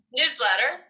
newsletter